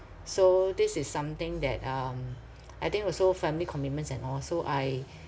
so this is something that um I think also family commitments and all so I